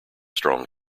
strong